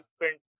different